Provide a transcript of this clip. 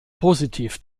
positiv